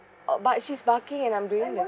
uh but she's barking and I'm doing the